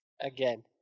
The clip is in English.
again